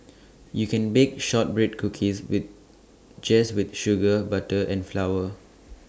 you can bake Shortbread Cookies with just with sugar butter and flower